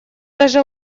даже